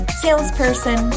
salesperson